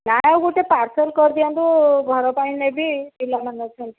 ନାଁ ଆଉ ଗୋଟେ ପାର୍ସଲ୍ କରଦିଅନ୍ତୁ ଘର ପାଇଁ ନେବି ପିଲାମାନଙ୍କ ପାଇଁ